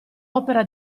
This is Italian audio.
opera